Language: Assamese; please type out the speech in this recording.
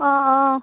অঁ অঁ